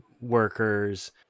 workers